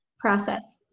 Process